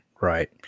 Right